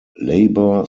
labour